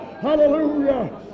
Hallelujah